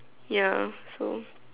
ya so